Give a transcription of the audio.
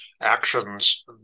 actions